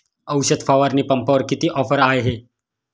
औषध फवारणी पंपावर किती ऑफर आहे?